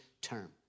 term